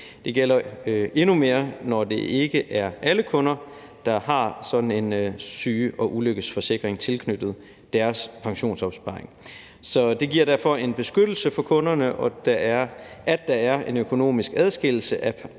Det gælder endnu mere, når det ikke er alle kunder, der har sådan en syge- og ulykkesforsikring tilknyttet deres pensionsopsparing. Så det giver derfor en beskyttelse for kunderne, at der er en økonomisk adskillelse af pensionsopsparingerne